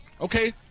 okay